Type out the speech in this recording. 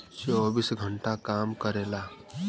चौबीस घंटा काम करेला